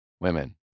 women